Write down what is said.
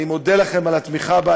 אני מודה לכם על התמיכה בה.